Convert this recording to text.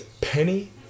Penny